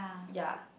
ya